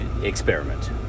Experiment